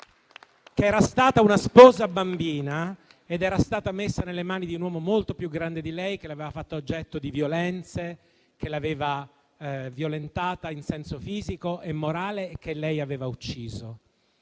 che era stata una sposa bambina ed era stata messa nelle mani di un uomo molto più grande di lei, che l'aveva fatta oggetto di violenze, che l'aveva violentata in senso fisico e morale e che lei aveva ucciso.